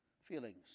Feelings